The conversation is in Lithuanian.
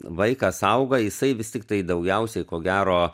vaikas auga jisai vis tiktai daugiausiai ko gero